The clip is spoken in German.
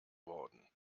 worden